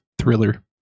thriller